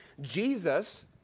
Jesus